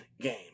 game